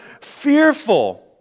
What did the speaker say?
fearful